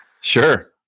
Sure